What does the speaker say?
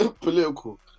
political